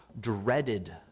dreaded